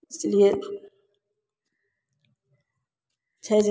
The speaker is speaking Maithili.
इसलिए छै जे